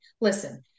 listen